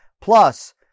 Plus